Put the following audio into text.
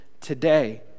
today